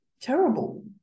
terrible